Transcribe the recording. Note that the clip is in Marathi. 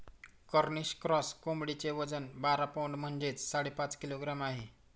कॉर्निश क्रॉस कोंबडीचे वजन बारा पौंड म्हणजेच साडेपाच किलोग्रॅम आहे